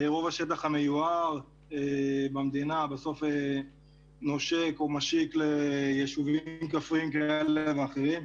רוב השטח המיוער במדינה בסוף נושק או משיק ליישובים כפריים כאלה ואחרים,